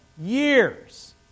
years